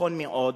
נכון מאוד,